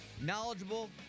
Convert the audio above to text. knowledgeable